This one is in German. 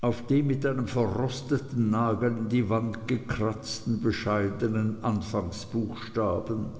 auf dem mit einem verrosteten nagel in die wand gekratzten bescheidenen anfangsbuchstaben